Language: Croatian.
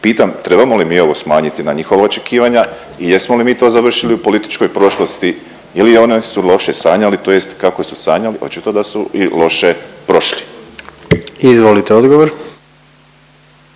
Pitam trebamo li mi ovo smanjiti na njihova očekivanja i jesmo li mi to završili u političkoj prošlosti ili oni su loše sanjali tj. kako su sanjali očito da su i loše prošli. **Jandroković,